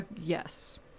yes